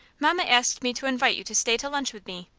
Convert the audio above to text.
mamma asked me to invite you to stay to lunch with me.